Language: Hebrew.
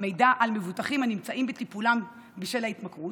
מידע על מבוטחים הנמצאים בטיפולן בשל ההתמכרות,